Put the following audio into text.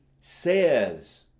says